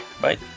Bye